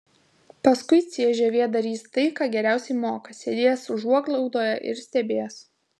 paskui cžv darys tai ką geriausiai moka sėdės užuoglaudoje ir stebės